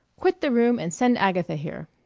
quit the room, and send agatha here.